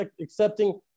accepting